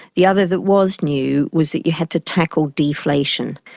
the other that was new was that you had to tackle deflation.